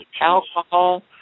alcohol